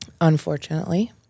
Unfortunately